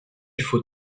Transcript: faut